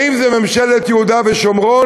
האם זו ממשלת יהודה ושומרון,